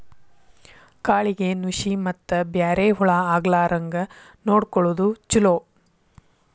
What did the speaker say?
ಕಾಳಿಗೆ ನುಶಿ ಮತ್ತ ಬ್ಯಾರೆ ಹುಳಾ ಆಗ್ಲಾರಂಗ ನೊಡಕೊಳುದು ಚುಲೊ